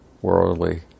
worldly